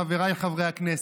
חבריי חברי הכנסת,